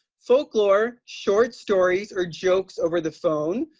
folklore, short stories or jokes over the phone,